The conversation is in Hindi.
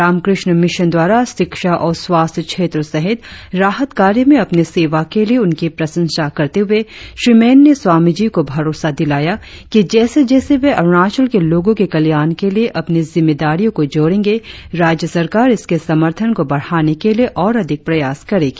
रामकृष्ण मिशन द्वारा शिक्षा और स्वास्थ्य क्षेत्रों सहित राहत कार्य में अपनी सेवा के लिए उनकी प्रशंसा करते हुए श्री मैन ने स्वामी जी को भरोसा दिलाया कि जैसे जैसे वे अरुणाचल के लोगों के कल्याण के लिए अपनी जिम्मेदारियों को जोड़ेंगे राज्य सरकार इसके समर्थन को बढ़ाने के लिए और अधिक प्रयास करेगी